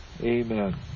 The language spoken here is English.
amen